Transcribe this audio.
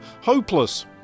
hopeless